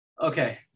okay